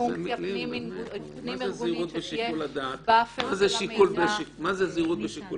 פונקציה פנים ארגונית -- מה זה זהירות בשיקול